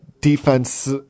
defense